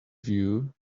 view